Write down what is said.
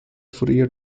fourier